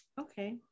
okay